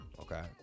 okay